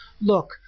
look